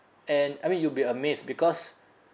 and I mean you'll be amazed because